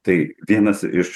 tai vienas iš